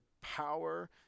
power